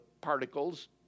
particles